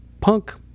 punk